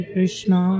Krishna